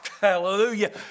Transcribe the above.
Hallelujah